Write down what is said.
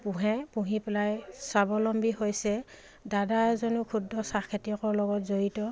পুহে পুহি পেলাই স্বাৱলম্বী হৈছে দাদা এজনো ক্ষুদ্ৰ চাহ খেতিয়কৰ লগত জড়িত